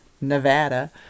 Nevada